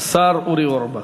השר אורי אורבך.